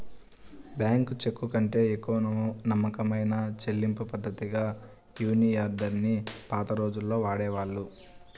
bank చెక్కుకంటే ఎక్కువ నమ్మకమైన చెల్లింపుపద్ధతిగా మనియార్డర్ ని పాత రోజుల్లో వాడేవాళ్ళు